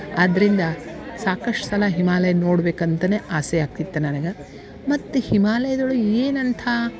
ಆದ್ದರಿಂದ ಸಾಕಷ್ಟು ಸಲ ಹಿಮಾಲಯ ನೋಡಬೇಕಂತನೇ ಆಸೆ ಆಕ್ತಿತ್ತು ನನಗೆ ಮತ್ತು ಹಿಮಾಲಯದೊಳಗೆ ಏನು ಅಂಥಾ